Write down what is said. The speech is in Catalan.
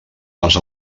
les